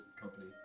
company